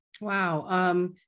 Wow